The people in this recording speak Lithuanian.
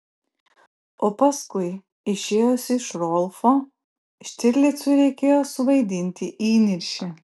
o paskui išėjus iš rolfo štirlicui reikėjo suvaidinti įniršį